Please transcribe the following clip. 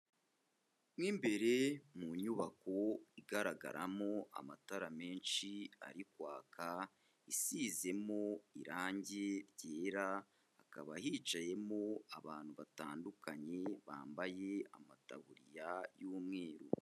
Mu imbere mu nyubako igaragaramo amatara menshi ari kwaka, isizemo irange ryera hakaba hicayemo abantu batandukanye bambaye amataburiya y'umweru.